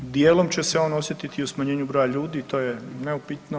Dijelom će se on osjetiti i u smanjenju broja ljudi i to je neupitno.